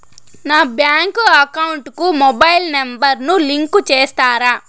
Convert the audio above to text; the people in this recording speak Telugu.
నా బ్యాంకు అకౌంట్ కు మొబైల్ నెంబర్ ను లింకు చేస్తారా?